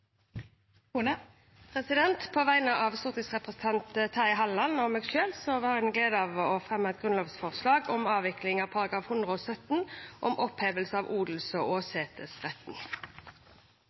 På vegne av stortingsrepresentanten Terje Halleland og meg selv har jeg den glede å fremme et grunnlovsforslag om opphevelse av § 117, om opphevelse av odels- og